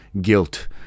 guilt